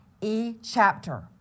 e-chapter